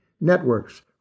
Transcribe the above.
networks